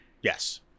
Yes